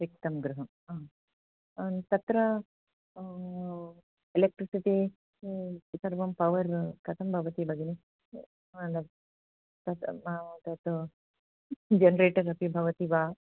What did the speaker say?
रिक्तं गृहं तत्र एलेक्ट्रिसिटि सर्वं पवर् कथं भवति भगिनि त तत् जनरेटर् अपि भवति वा